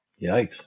Yikes